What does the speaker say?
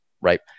right